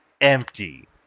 empty